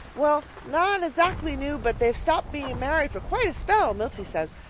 well, not ezackly new, but they've stopped being married for quite a spell, milty says.